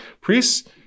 Priests